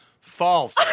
False